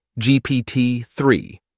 GPT-3